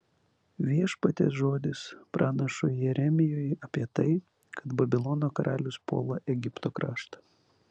viešpaties žodis pranašui jeremijui apie tai kad babilono karalius puola egipto kraštą